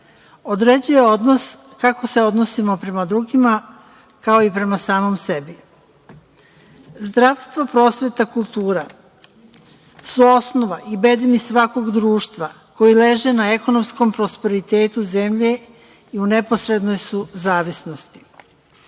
Određuje odnos kako se odnosima prema drugima kao i prema samom sebi. Zdravstvo, prosveta, kultura, su osnova i bedemi svakog društva koji leže na ekonomskom prosperitetu zemlje i u neposrednoj su zavisnosti. Sad